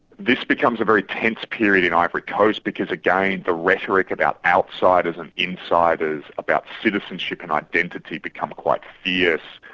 this becomes a very tense period in ivory coast because again, the rhetoric about outsiders and insiders, about citizenship and identity, become quite fierce.